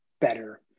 better